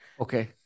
Okay